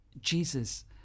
Jesus